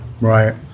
right